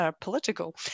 political